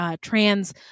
Trans